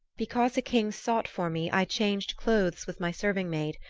because a king sought for me i changed clothes with my serving-maid,